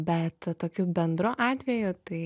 bet tokiu bendru atveju tai